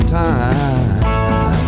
time